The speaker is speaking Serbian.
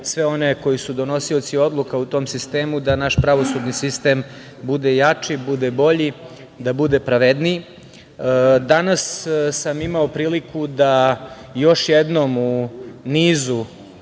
sve one koji su donosioci odluka u tom sistemu da naš pravosudni sistem bude jači, bude bolji, da bude pravedniji. Danas sam imao priliku da još jednom u nizu